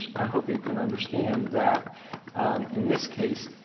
i hope you can understand that in this case,